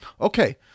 Okay